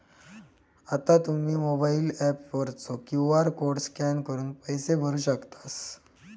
आता तुम्ही mobile app वरचो क्यू.आर कोड स्कॅन करून पैसे भरू शकतास